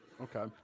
Okay